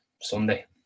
Sunday